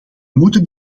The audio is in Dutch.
moeten